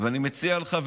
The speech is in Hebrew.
ואני מציע לך,